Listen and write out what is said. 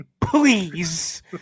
Please